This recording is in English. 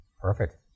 Perfect